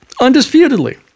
Undisputedly